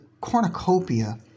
cornucopia